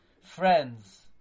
friends